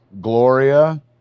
gloria